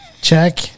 Check